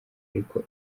ariko